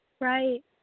Right